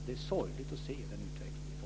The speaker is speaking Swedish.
Det är sorgligt att se denna utveckling inom